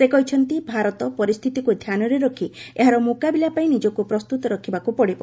ସେ କହିଛନ୍ତି ଭାରତ ପରିସ୍ଥିତିକୁ ଧ୍ୟାନରେ ରଖି ଏହାର ମୁକାବିଲା ପାଇଁ ନିଜକୁ ପ୍ରସ୍ତୁତ ରଖିବାକୁ ପଡ଼ିବ